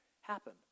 happen